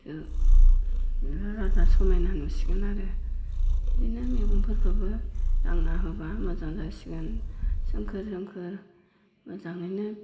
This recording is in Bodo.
बिबार बारब्ला समायना नुसिगोन आरो बिदिनो मैगंफोरखौबो दांना होब्ला मोजां जासिगोन सोमखोर सोमखोर मोजाङैनो